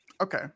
Okay